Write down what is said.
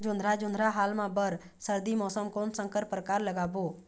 जोंधरा जोन्धरा हाल मा बर सर्दी मौसम कोन संकर परकार लगाबो?